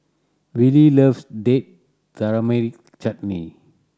Wylie loves Date Tamarind Chutney